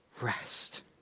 rest